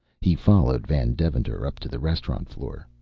he followed van deventer up to the restaurant floor.